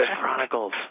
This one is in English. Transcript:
Chronicles